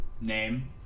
name